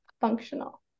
functional